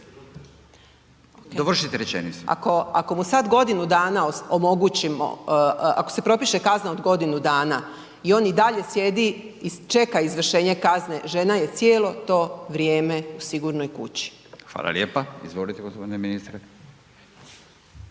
Dragana (SDSS)** Ako mu sada godinu dana omogućimo, ako se propiše kazna od godinu dana i on i dalje sjedi i čeka izvršenje kazne, žena je cijelo to vrijeme u Sigurnoj kući. **Radin, Furio (Nezavisni)** Hvala lijepa. Izvolite gospodine ministre.